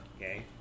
Okay